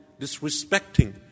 disrespecting